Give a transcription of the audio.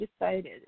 decided